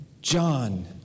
John